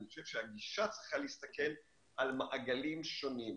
אני חושב שהגישה צריכה להסתכל על מעגלים שונים,